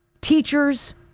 teachers